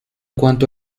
cuanto